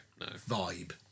vibe